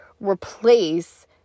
replace